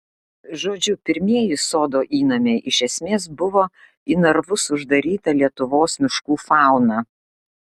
žodžiu pirmieji sodo įnamiai iš esmės buvo į narvus uždaryta lietuvos miškų fauna